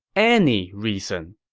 any reason.